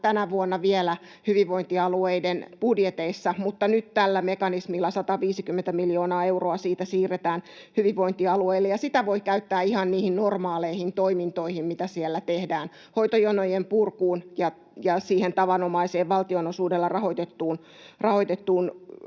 tänä vuonna vielä hyvinvointialueiden budjeteissa, mutta nyt tällä mekanismilla siitä siirretään 150 miljoonaa euroa hyvinvointialueille, ja sitä voi käyttää ihan niihin normaaleihin toimintoihin, mitä siellä tehdään: hoitojonojen purkuun ja siihen tavanomaiseen, valtionosuudella rahoitettuun